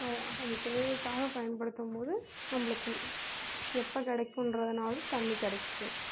அது தேவைக்காக பயன்படுத்தும்போது நம்மளுக்கு எப்போ கிடைக்குன்றதுனாலும் தண்ணி கிடைக்கும்